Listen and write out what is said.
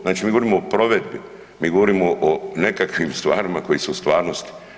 Znači mi govorimo o provedbi, mi govorimo o nekakvim stvarima koji su u stvarnosti.